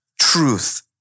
truth